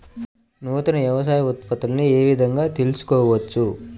నూతన వ్యవసాయ ఉత్పత్తులను ఏ విధంగా తెలుసుకోవచ్చు?